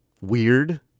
weird